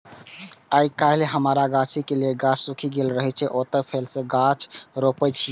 आइकाल्हि हमरा गाछी के जे गाछ सूखि गेल रहै, ओतय फेर सं गाछ रोपै छियै